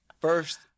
First